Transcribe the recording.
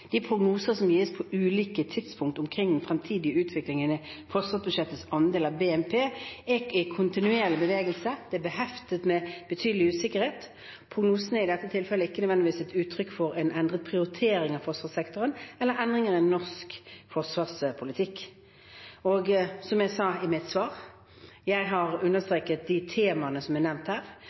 De prognosene som gis på ulike tidspunkter omkring den fremtidige utviklingen i forsvarsbudsjettets andel av BNP, er i kontinuerlig bevegelse. De er beheftet med betydelig usikkerhet. Prognosene er i dette tilfellet ikke nødvendigvis et uttrykk for en endret prioritering i forsvarssektoren eller endringer i norsk forsvarspolitikk. Som jeg sa i mitt svar: Jeg har understreket de temaene som er nevnt her,